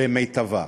במיטבה.